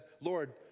Lord